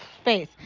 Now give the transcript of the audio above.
space